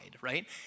right